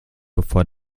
bevor